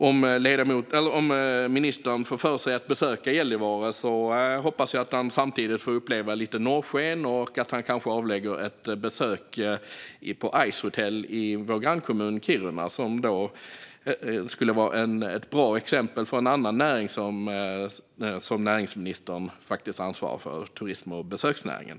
Om ministern får för sig att besöka Gällivare hoppas jag att han samtidigt får uppleva lite norrsken och att han kanske avlägger ett besök på Icehotel i vår grannkommun Kiruna, som är ett bra exempel på en annan näring som näringsministern faktiskt ansvarar för: turism och besöksnäringen.